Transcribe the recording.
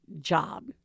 job